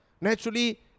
naturally